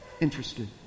interested